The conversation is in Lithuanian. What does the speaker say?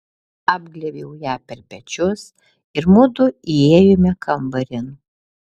apglėbiau ją per pečius ir mudu įėjome kambarin